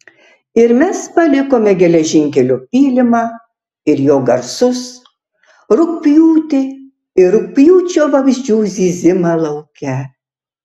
ir mes palikome geležinkelio pylimą ir jo garsus rugpjūtį ir rugpjūčio vabzdžių zyzimą lauke